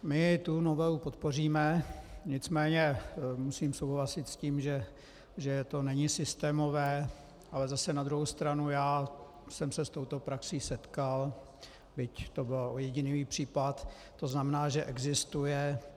My novelu podpoříme, nicméně musím souhlasit s tím, že to není systémové, ale zase na druhou stranu já jsem se s touto praxí setkal, byť to byl ojedinělý případ, to znamená, že existuje.